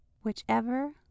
whichever